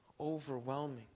overwhelming